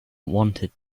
wanted